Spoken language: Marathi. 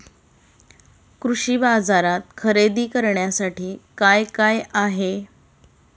कृषी बाजारात खरेदी करण्यासाठी काय काय आहे?